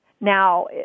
Now